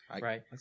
right